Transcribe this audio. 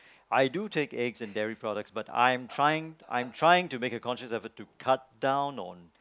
I do take eggs and dairy products but I'm trying I'm trying to make a conscious of it to cut down